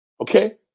Okay